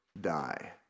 die